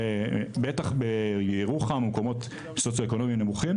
בטח בירוחם ובמקומות עם סוציואקונומי נמוך,